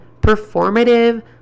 performative